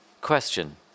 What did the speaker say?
question